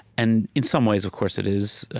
and in some ways, of course it is,